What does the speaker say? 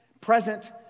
present